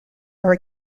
are